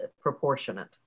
proportionate